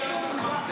החריגה שלך,